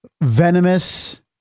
venomous